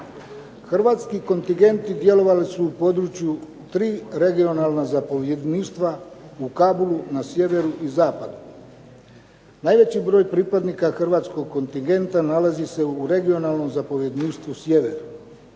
Hrvatski kontingenti djelovali su u području tri regionalna zapovjedništva u Kabulu na sjeveru i zapadu. Najveći broj pripadnika hrvatskog kontingenta nalazi se u regionalnom zapovjedništvu sjever,